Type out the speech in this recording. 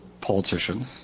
politician